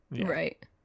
Right